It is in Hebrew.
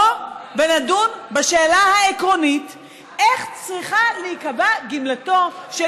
בוא ונדון בשאלה העקרונית איך צריכה להיקבע גמלתו של